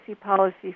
policy